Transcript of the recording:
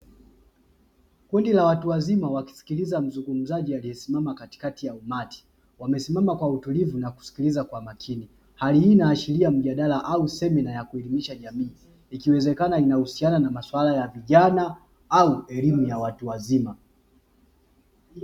Kundi la watu wazima wakisikiliza mzungumzaji aliyesimama katikati ya umati. Wamesimama kwa utulivu na kusikiliza kwa makini, hali hii inaashiria mjadala au semina ya kuelimisha jamii, ikiwezekana inahusiana na masuala ya vijana au elimu ya watu wazima.